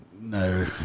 no